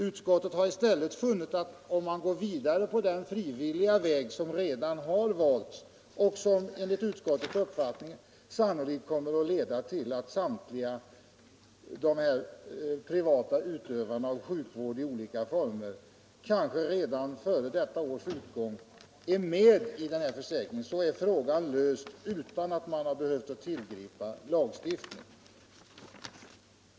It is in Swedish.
Utskottet har i stället funnit att om man går vidare på den frivilliga väg som redan valts och som, enligt utskottets uppfattning, sannolikt kommer att leda till att samtliga privata utövare av sjukvård i olika former redan före detta års utgång är med i försäkringen, så är frågan löst utan att man behövt tillgripa lagstiftning.